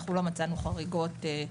לא מצאנו חריגות.